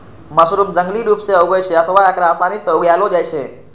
mushroom जंगली रूप सं उगै छै अथवा एकरा आसानी सं उगाएलो जाइ छै